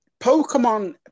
Pokemon